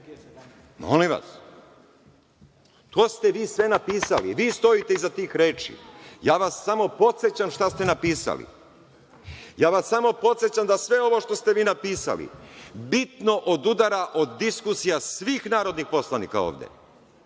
Molim vas, to ste vi sve napisali. Vi stojite iza tih reči. Ja vas samo podsećam šta ste napisali. Ja vas samo podsećam da sve ovo što ste vi napisali bitno odudara od diskusija svih narodnih poslanika ovde.